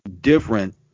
different